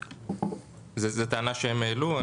זו טענה שהם העלו,